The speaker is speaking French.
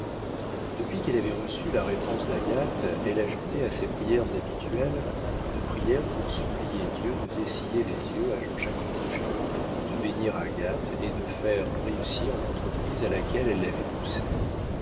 depuis qu'elle avait reçu la réponse d'agathe elle ajoutait à ses prières habituelles une prière pour supplier dieu de dessiller les yeux à jean-jacques rouget de bénir agathe et de faire réussir l'entreprise à laquelle elle l'avait poussée